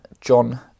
John